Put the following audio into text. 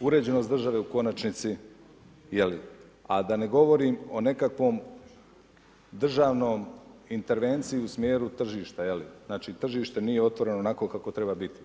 uređenost države u konačnici, je li, a da ne govorim o nekakvoj intervenciji u smjeru tržišta, je li, znači tržište nije otvoreno onako kako treba biti.